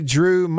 Drew